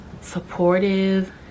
supportive